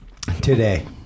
today